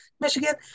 Michigan